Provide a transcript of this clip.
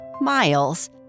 Miles